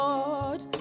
Lord